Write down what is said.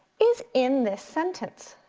is in this sentence.